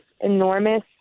enormous